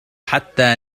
حتى